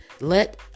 let